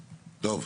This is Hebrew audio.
טוב,